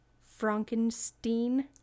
Frankenstein